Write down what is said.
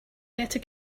better